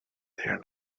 there